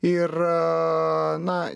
ir a na